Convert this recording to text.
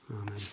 Amen